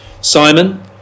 Simon